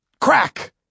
Crack